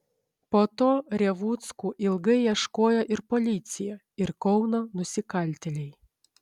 po to revuckų ilgai ieškojo ir policija ir kauno nusikaltėliai